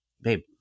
babe